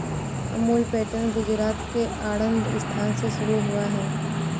Amul pattern Gujarat के आणंद स्थान से शुरू हुआ है